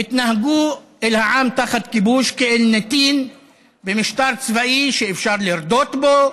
התנהגו אל העם שתחת כיבוש כאל נתין במשטר צבאי שאפשר לרדות בו,